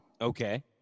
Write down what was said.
okay